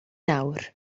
nawr